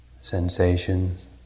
sensations